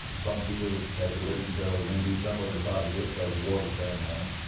some fields had to wait until in december to try to get, cause the water standing on them.